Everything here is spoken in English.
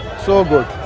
so good!